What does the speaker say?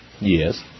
Yes